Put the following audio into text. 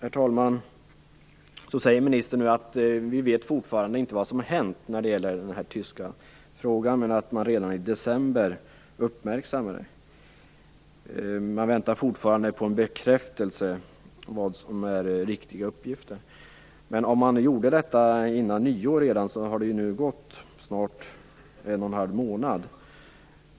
För det andra säger ministern att man fortfarande inte vet vad som har hänt när det gäller frågan om Tyskland men att man redan i december uppmärksammade den. Man väntar fortfarande på en bekräftelse på vad som är riktiga uppgifter. Eftersom detta uppmärksammade redan före nyår, har det nu snart gått en och en halv månad.